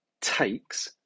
takes